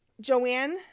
joanne